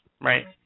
Right